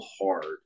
hard